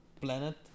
planet